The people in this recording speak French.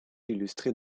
illustrés